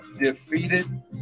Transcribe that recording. defeated